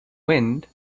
wind